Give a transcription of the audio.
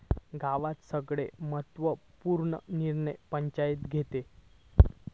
गावात सगळे महत्त्व पूर्ण निर्णय पंचायती घेतत